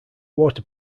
water